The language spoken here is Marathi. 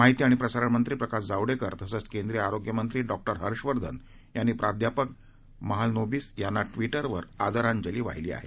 माहिती आणि प्रसारणमंत्री प्रकाश जावडेकर तसंच केंद्रीय आरोग्य मंत्री डॉक्टर हर्षवर्धन यांनी प्राध्यापक महालनोबिस यांना ट्विटरवर आदरांजली वाहिली आहे